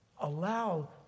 allow